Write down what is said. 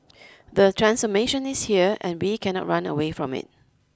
the transformation is here and we cannot run away from it